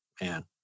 man